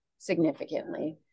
significantly